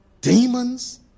demons